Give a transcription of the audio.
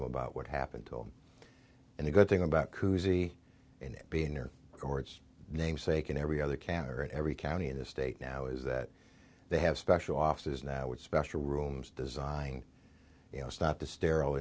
to about what happened to him and the good thing about cousy being near or its namesake in every other camera at every county in the state now is that they have special offices now with special rooms designed you know it's not the sterile